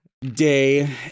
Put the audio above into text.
day